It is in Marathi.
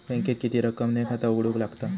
बँकेत किती रक्कम ने खाता उघडूक लागता?